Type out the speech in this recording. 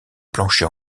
plancher